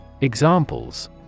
Examples